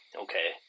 okay